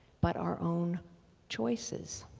but our own choices.